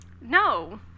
No